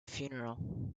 funeral